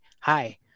hi